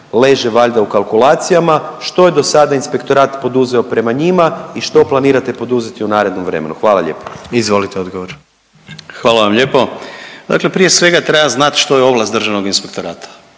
leže valjda u kalkulacijama, što je dosada inspektorat poduzeo prema njima i što planirate poduzeti u narednom vremenu? Hvala lijepo. **Jandroković, Gordan (HDZ)** Izvolite odgovor. **Mikulić, Andrija (HDZ)** Hvala vam lijepo. Dakle prije svega treba znat što je ovlast državnog inspektorata.